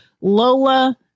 Lola